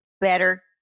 better